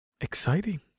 exciting